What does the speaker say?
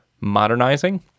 modernizing